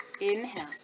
Inhale